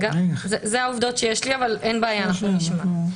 אלו העובדות שיש לי, אנחנו נשמע.